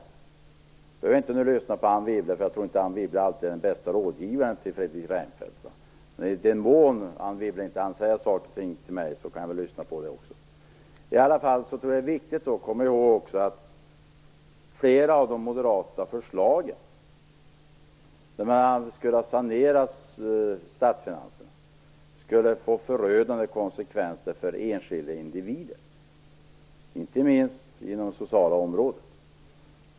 Fredrik Reinfeldt behöver inte lyssna på Anne Wibble; jag tror inte att Anne Wibble alltid är den bästa rådgivaren till Fredrik Reinfeldt. Men i den mån Anne Wibble inte hann säga någon sak till mig kan jag väl lyssna på detta också. Flera av de moderata förslagen om att sanera statsfinanserna skulle få förödande konsekvenser för enskilda individer, inte minst inom det sociala området.